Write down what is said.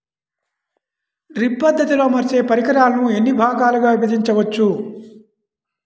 Drip పద్ధతిలో అమర్చే పరికరాలను ఎన్ని భాగాలుగా విభజించవచ్చు?